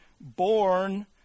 born